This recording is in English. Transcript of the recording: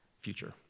future